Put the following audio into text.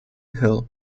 hill